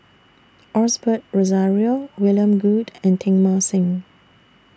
Osbert Rozario William Goode and Teng Mah Seng